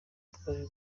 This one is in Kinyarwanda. twaje